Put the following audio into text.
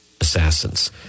assassins